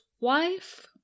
wife